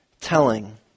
telling